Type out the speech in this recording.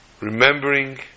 remembering